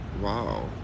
wow